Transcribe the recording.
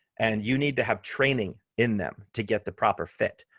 and you need to have training in them to get the proper fit.